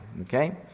Okay